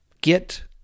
get